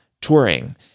touring